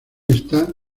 está